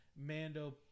Mando